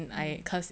mmhmm